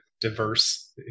diverse